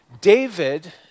David